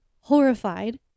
horrified